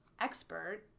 expert